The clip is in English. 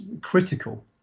critical